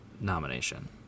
nomination